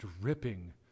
dripping